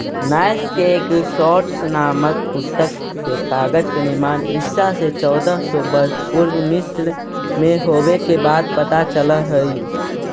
नैश के एकूसोड्स् नामक पुस्तक से कागज के निर्माण ईसा से चौदह सौ वर्ष पूर्व मिस्र में होवे के बात पता चलऽ हई